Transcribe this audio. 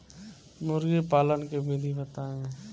मुर्गी पालन के विधि बताई?